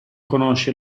conosce